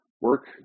work